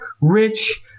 rich